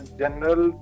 general